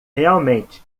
realmente